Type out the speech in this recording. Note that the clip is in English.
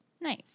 Nice